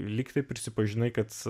lygtai prisipažinai kad